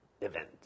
event